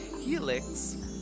helix